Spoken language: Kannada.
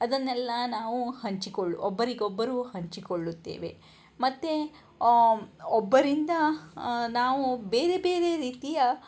ಅದನ್ನೆಲ್ಲ ನಾವು ಹಂಚಿಕೊಳ್ಳು ಒಬ್ಬರಿಗೊಬ್ಬರು ಹಂಚಿಕೊಳ್ಳುತ್ತೇವೆ ಮತ್ತು ಒಬ್ಬರಿಂದ ನಾವು ಬೇರೆ ಬೇರೆ ರೀತಿಯ